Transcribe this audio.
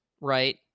right